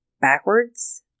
backwards